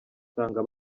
nsanga